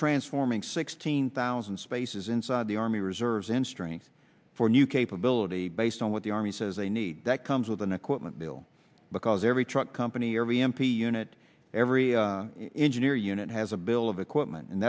transforming sixteen thousand spaces inside the army reserves in strength for new capability based on what the army says they need that comes with an equipment bill because every truck company or e m p unit every engineer unit has a bill of equipment and